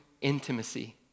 intimacy